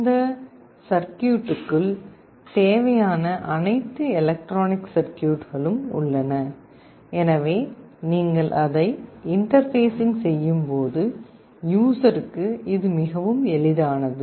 இந்த சர்க்யூட்க்குள் தேவையான அனைத்து எலக்ட்ரானிக் சர்க்யூட்களும் உள்ளன எனவே நீங்கள் அதை இன்டர்பேஸிங் செய்யும்போது யூஸருக்கு இது மிகவும் எளிதானது